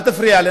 אל תפריע לי.